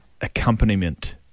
accompaniment